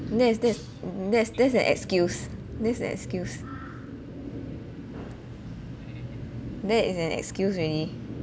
that's that's that's that's an excuse this's an excuse that is an excuse already